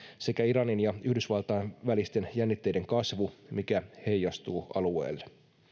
sekä iranin ja yhdysvaltain välisten jännitteiden kasvu mikä heijastuu alueelle